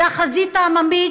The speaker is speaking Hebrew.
זה החזית העממית,